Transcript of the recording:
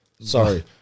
Sorry